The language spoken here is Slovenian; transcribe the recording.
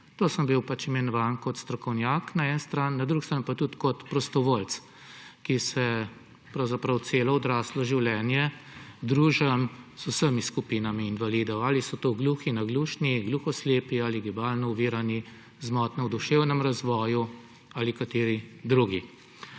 To sem bil pač imenovan kot strokovnjak na eni strani, na drugi strani pa tudi kot prostovoljec, ki se celo odraslo življenje družim z vsemi skupinami invalidov; ali so to gluhi, naglušni, gluhoslepi ali gibalno ovirani, z motnjo v duševnem razvoju ali kateri drugi.